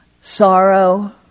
sorrow